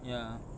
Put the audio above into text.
ya